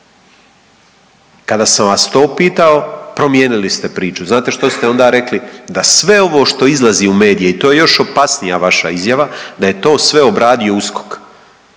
Kada sam vas to pitao promijenili ste priču. Znate što ste onda rekli? Da sve ovo što izlazi u medije i to je još opasnija vaša izjava da je to sve obradio USKOK.